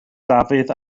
dafydd